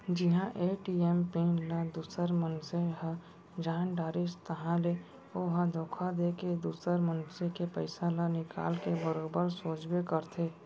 जिहां ATM PIN ल दूसर मनसे ह जान डारिस ताहाँले ओ ह धोखा देके दुसर मनसे के पइसा ल निकाल के बरोबर सोचबे करथे